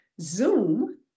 Zoom